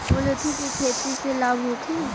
कुलथी के खेती से लाभ होखे?